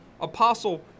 apostle